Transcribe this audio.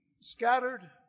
scattered